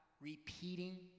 repeating